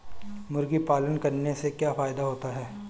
मुर्गी पालन करने से क्या फायदा होता है?